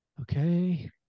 Okay